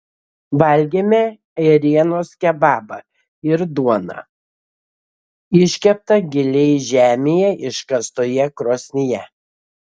valgėme ėrienos kebabą ir duoną iškeptą giliai žemėje iškastoje krosnyje